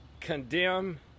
condemn